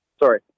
Sorry